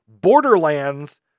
Borderlands